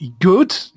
good